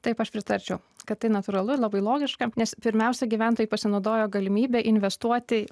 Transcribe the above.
taip aš pritarčiau kad tai natūralu ir labai logiška nes pirmiausia gyventojai pasinaudojo galimybe investuoti